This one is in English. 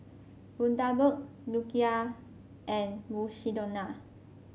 Bundaberg Nokia and Mukshidonna